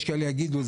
יש שיגידו,